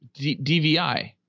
DVI